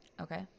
Okay